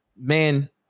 man